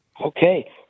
Okay